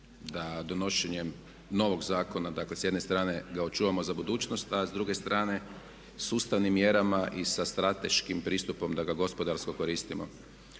da donošenjem novog zakona dakle s jedne strane da očuvamo za budućnost, a s druge strane sustavnim mjerama i sa strateškim pristupom da ga gospodarsko koristimo.